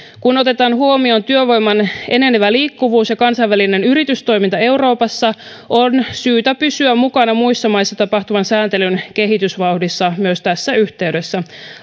kun otetaan huomioon työvoiman enenevä liikkuvuus ja kansainvälinen yritystoiminta euroopassa on syytä pysyä mukana muissa maissa tapahtuvan sääntelyn kehitysvauhdissa myös tässä yhteydessä